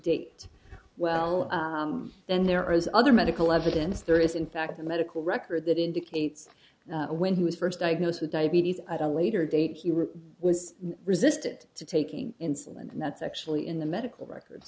date well then there are other medical evidence there is in fact a medical record that indicates when he was first diagnosed with diabetes i don't later date he was resistant to taking insulin and that's actually in the medical records